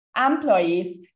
employees